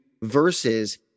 verses